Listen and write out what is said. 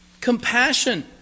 Compassion